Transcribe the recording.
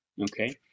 Okay